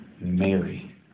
Mary